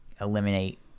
eliminate